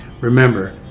Remember